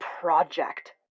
project